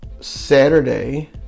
saturday